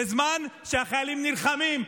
בזמן שהחיילים נלחמים,